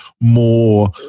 more